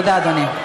תודה, אדוני.